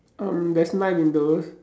um there's nine windows